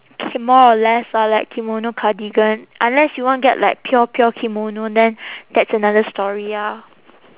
K more or less ah like kimono cardigan unless you want get like pure pure kimono then that's another story ah